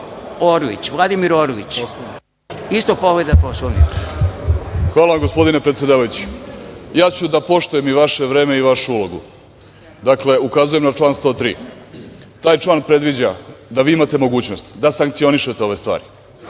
vam, gospodine predsedavajući, ja ću da poštujem i vaše vreme i vašu ulogu. Ukazujem na član 103. Taj član predviđa da vi imate mogućnost da sankcionišete ove stvari,